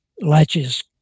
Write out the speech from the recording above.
latches